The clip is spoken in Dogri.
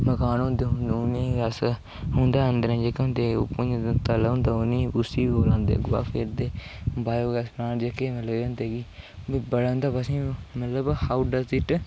मकान होंदे 'उ'नेंई अस उं'दे अंदरें जेह्का होंदे भु़ंञ तला होंदा उ'नेंई उसी ओह् लांदे गोआ फेरदे बायो गैस प्लांट जेह्के मतलब होंदे मि बड़ा असेंई मतलब